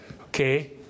Okay